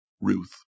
Ruth